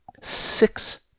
Six